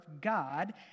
God